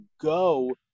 go